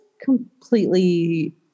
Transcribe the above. completely